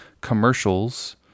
commercials